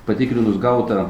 patikrinus gautą